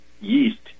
yeast